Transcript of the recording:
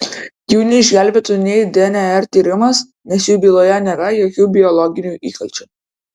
jų neišgelbėtų nei dnr tyrimas nes jų byloje nėra jokių biologinių įkalčių